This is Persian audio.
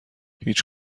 هیچ